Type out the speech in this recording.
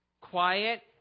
quiet